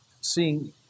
seeing